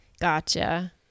gotcha